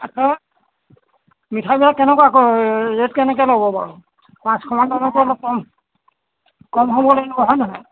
আচ্ছা মিঠাইবিলাক কেনেকুৱাকৈ ৰে'ট কেনেকৈ ল'ব বাৰু পাঁচশমান ল'লে অলপ কম কম হ'ব লাগিব হয় নহয়